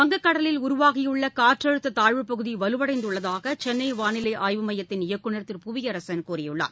வங்கக் கடலில் உருவாகியுள்ளகாற்றழுத்ததாழ்வுப் பகுதிவலுவடைந்துள்ளதாகசென்னைவாளிலைஆய்வு எமயத்தின் இயக்குநர் திரு புவியரசன் கூறியுள்ளார்